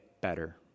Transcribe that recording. better